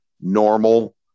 normal